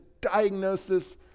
diagnosis